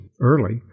early